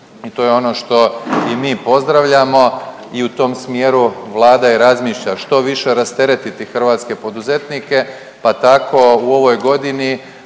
i to je ono što i mi pozdravljamo i u tom smjeru Vlada i razmišlja što više rasteretiti hrvatske poduzetnike, pa tako u ovoj godini